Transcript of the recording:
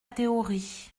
théorie